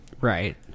Right